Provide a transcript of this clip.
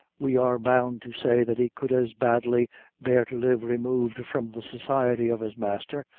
we are bound to say that he could as badly bear to live removed from the society of his master,